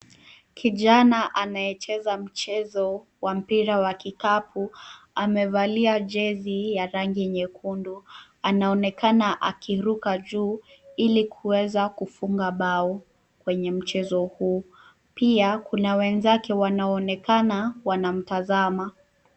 Kijana anayecheza mchezo wa mpira wa kikapu, amevalia jezi ya rangi nyekundu, anaonekana akiruka juu ili kuweza kufunga bao kwenye mchezo huu. Pia kuna wenzake wanaonekana wanamtazama.